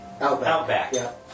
Outback